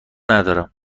ندارم